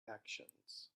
actions